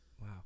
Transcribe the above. wow